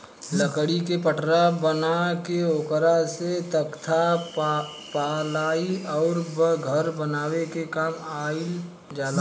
लकड़ी के पटरा बना के ओकरा से तख्ता, पालाइ अउरी घर बनावे के काम कईल जाला